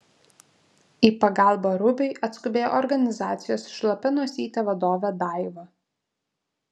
į pagalbą rubiui atskubėjo organizacijos šlapia nosytė vadovė daiva